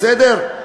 בסדר.